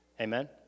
Amen